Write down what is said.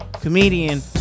comedian